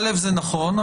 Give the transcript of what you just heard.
זה נכון,